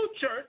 church